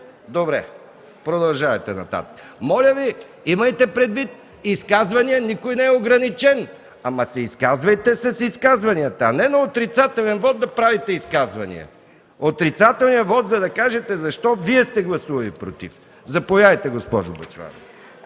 И аз Ви благодаря. Моля Ви, имайте предвид, че за изказвания никой не е ограничен, но се изказвайте в изказванията, а не на отрицателен вот да правите изказвания. Отрицателният вот е за да кажете защо Вие сте гласували „против”. Заповядайте, госпожо Бъчварова.